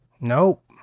Nope